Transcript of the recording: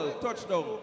Touchdown